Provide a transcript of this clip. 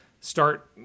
start